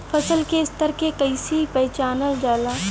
फसल के स्तर के कइसी पहचानल जाला